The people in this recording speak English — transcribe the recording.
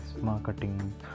marketing